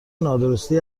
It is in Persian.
نادرستی